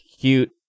cute